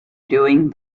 doing